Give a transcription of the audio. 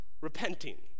repenting